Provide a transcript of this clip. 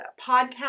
podcast